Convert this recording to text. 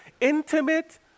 intimate